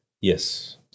Yes